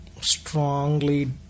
strongly